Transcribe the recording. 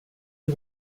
die